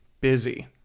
busy